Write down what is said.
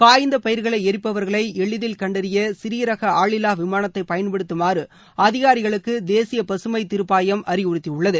காய்ந்தபயிர்களைஎரிப்பவர்களைஎளிதில் கண்டறியசிறியரகஆளில்லாவிமானத்தைபயன்படுத்தமாறுஅதிகாரிகளுக்குதேசியபசுமைதீர்ப்பாயம் அறிவுறுத்தியுள்ளது